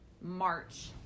March